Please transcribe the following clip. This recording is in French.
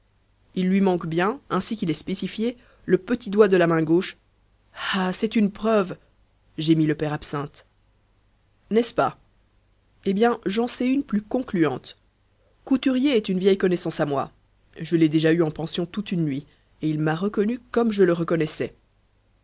il lui manque bien ainsi qu'il est spécifié le petit doigt de la main gauche ah c'est une preuve gémit le père absinthe n'est-ce pas eh bien j'en sais une plus concluante couturier est une vieille connaissance à moi je l'ai déjà eu en pension toute une nuit et il m'a reconnu comme je le reconnaissais